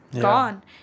gone